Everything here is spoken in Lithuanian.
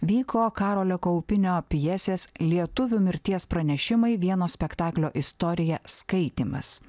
vyko karolio kaupinio pjesės lietuvių mirties pranešimai vieno spektaklio istorija skaitymas